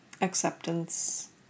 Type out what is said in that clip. Acceptance